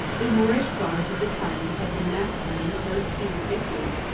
the moorish guards of the tyrant had been massacred in the first heat of the victory,